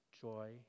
joy